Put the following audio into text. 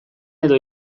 edo